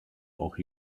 auch